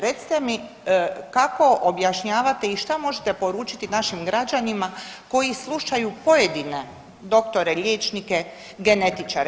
Recite mi kako objašnjavate i šta možete poručiti našim građanima koji slušaju pojedine doktore liječnike genetičare?